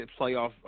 playoff